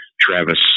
Travis